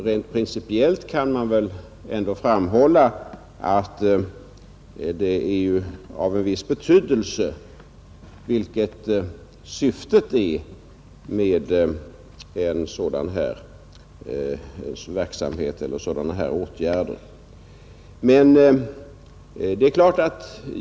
Rent principiellt kan man väl ändå framhålla, att det är av en viss betydelse vilket syftet är med sådana här åtgärder.